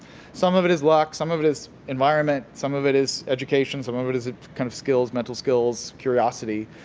some of it is luck, some of it is environment, some of it is education, some of it is kind of skills, mental skills, curiosity,